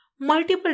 multiple